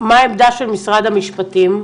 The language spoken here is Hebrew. מה העמדה של משרד המשפטים?